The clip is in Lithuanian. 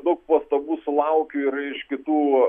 daug pastabų sulaukiu ir iš kitų